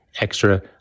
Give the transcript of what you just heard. extra